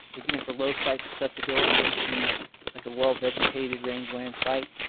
again for low site susceptibility this would be like a well vegetated rangeland site.